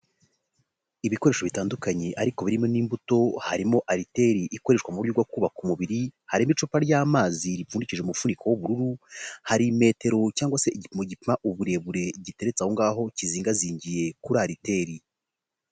Ibikoresho bitandukanye ariko birimo n'imbuto, harimo ariteri ikoreshwa mu buryo bwo kubaka umubiri, harimo icupa ry'amazi ripfundikije umufuniko w'ubururu, hari metero cyangwa se igipimo gipima uburebure giteretse aho ngaho kizingazingiye kuri ariteri.